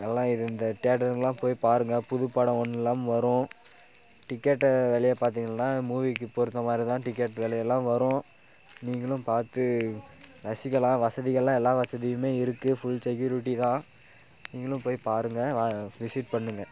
எல்லா இது இந்த தியேட்டருங்களாம் போய் பாருங்க புது படம் ஒன்றுலான் வரும் டிக்கெட்டை விலைய பார்த்திங்கள்னா மூவிக்கு பொறுத்த மாதிரி தான் டிக்கெட் விலையெல்லாம் வரும் நீங்களும் பார்த்து ரசிக்கலாம் வசதிகள்லாம் எல்லா வசதியுமே இருக்குது ஃபுல் செக்யூரிட்டி தான் நீங்களும் போய் பாருங்க விசிட் பண்ணுங்க